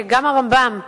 וגם הרמב"ם אומר,